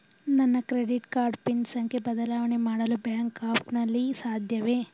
ನನ್ನ credit card pin ಸಂಖ್ಯೆ ಬದಲಾವಣೆ ಮಾಡಲು ಬ್ಯಾಂಕ್ ಆ್ಯಪ್ ನಲ್ಲಿ ಸಾಧ್ಯವೇ?